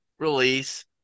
release